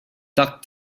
tuck